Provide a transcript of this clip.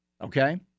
Okay